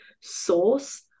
source